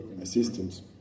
assistance